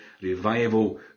revival